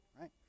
right